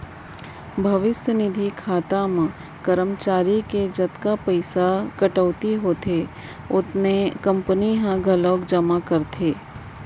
भविस्य निधि खाता म करमचारी के जतका पइसा कटउती होथे ओतने कंपनी ह घलोक जमा करथे